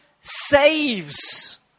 saves